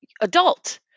Adult